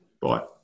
Bye